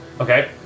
Okay